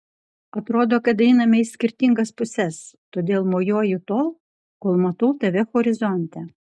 atrodo kad einame į skirtingas puses todėl mojuoju tol kol matau tave horizonte